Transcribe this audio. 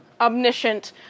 omniscient